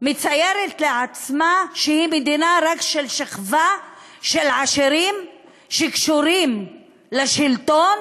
מציירת לעצמה שהיא מדינה רק של שכבה של עשירים שקשורים לשלטון,